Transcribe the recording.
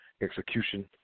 execution